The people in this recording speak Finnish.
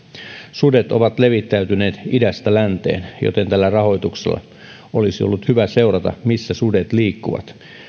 sudet ovat levittäytyneet idästä länteen joten tällä rahoituksella olisi ollut hyvä seurata missä sudet liikkuvat